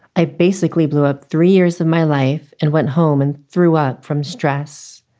i basically blew up three years of my life and went home and threw up from stress.